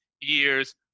years